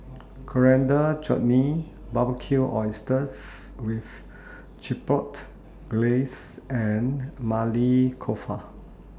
Coriander Chutney Barbecued Oysters with Chipotle Glaze and Maili Kofta